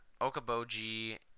Okaboji